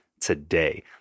today